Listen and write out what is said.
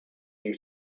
you